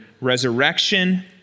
Resurrection